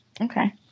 Okay